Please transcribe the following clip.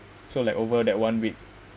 so like over that one week